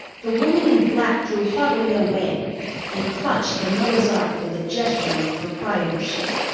the woman in black drew haughtily away and clutched the noah's ark with a gesture of proprietorship.